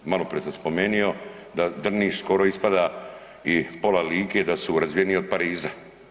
Malo prije sam spomenuo da Drniš skoro ispada i pola Like da su razvijeniji od Pariza.